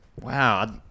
Wow